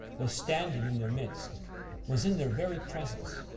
was standing in their midst was in their very presence.